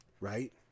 Right